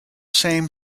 same